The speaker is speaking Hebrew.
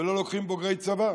ולא לוקחים בוגרי צבא?